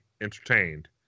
entertained